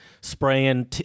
spraying